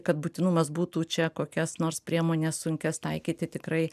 kad būtinumas būtų čia kokias nors priemones sunkias taikyti tikrai